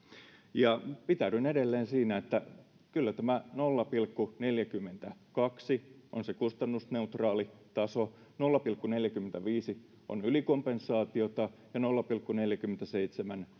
ja pitäydyn edelleen siinä että kyllä tämä nolla pilkku neljäkymmentäkaksi on se kustannusneutraali taso nolla pilkku neljäkymmentäviisi on ylikompensaatiota ja nolla pilkku neljäkymmentäseitsemän